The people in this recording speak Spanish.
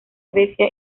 grecia